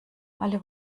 alle